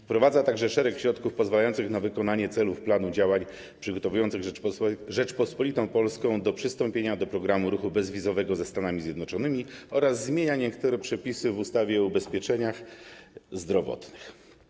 Wprowadza także szereg środków pozwalających na wykonanie celów zawartych w planie działań przygotowujących Rzeczpospolitą Polską do przytępienia do programu ruchu bezwizowego ze Stanami Zjednoczonymi oraz zmienia niektóre przepisy w ustawie o ubezpieczeniach zdrowotnych.